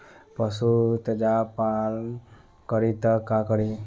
पशु तेजाब पान करी त का करी?